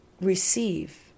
receive